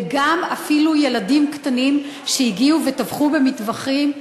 וגם אפילו ילדים קטנים שהגיעו וטיווחו במטווחים.